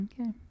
Okay